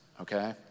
okay